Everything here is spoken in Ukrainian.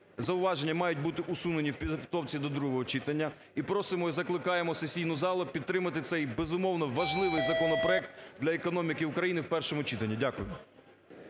зауваження мають бути усуненні в підготовці до другого читання і просимо, і закликаємо сесійну залу підтримати цей, безумовно, важливий законопроект для економіки України в першому читанні. Дякуємо.